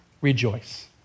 Rejoice